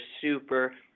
super